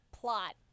plot